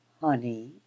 honey